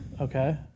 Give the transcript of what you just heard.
Okay